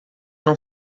não